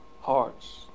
hearts